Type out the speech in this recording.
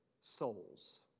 souls